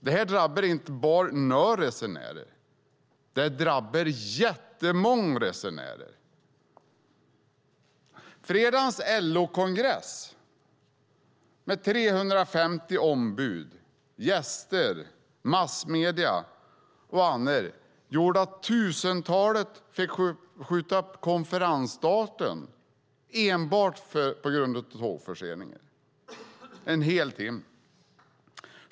Det här drabbar inte bara några resenärer, det drabbar jättemånga resenärer. Fredagens LO-kongress, med 350 ombud, gäster, massmedier och andra, fick skjuta upp konferensstarten en hel timme för tusentalet människor enbart på grund av tågförseningarna.